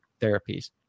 therapies